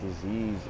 disease